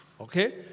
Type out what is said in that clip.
Okay